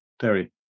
Terry